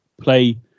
play